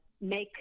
make